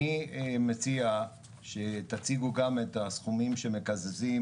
אני מציע שתציבו גם את הסכומים שמקזזים